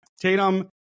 Tatum